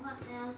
what